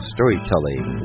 Storytelling